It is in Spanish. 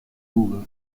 google